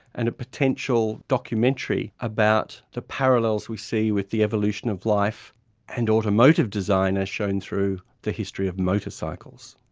and a potential documentary about the parallels we see with the evolution of life and automotive design as shown through the history of motorcycles.